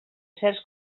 certs